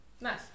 Nice